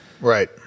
Right